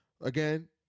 Again